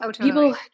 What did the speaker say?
people